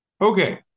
Okay